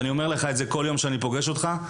אני אומר לך את זה בכל פעם שאני פוגש אותך: